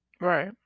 right